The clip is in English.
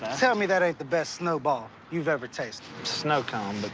tell me that ain't the best snowball you've ever tasted. snow cone. but